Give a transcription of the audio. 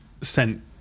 sent